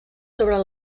sobre